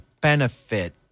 benefit